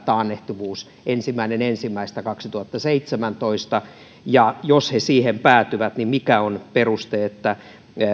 taannehtivuus ensimmäinen ensimmäistä kaksituhattaseitsemäntoista saakka riittävä ja jos he siihen päätyvät niin mikä on peruste sille että